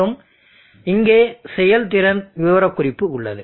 மற்றும் இங்கே செயல்திறன் விவரக்குறிப்பு உள்ளது